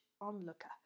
onlooker